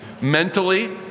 Mentally